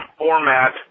format